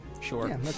Sure